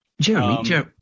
jeremy